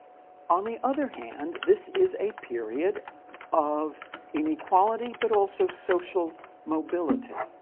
on the other hand, this is a period of inequality, but also social mobility.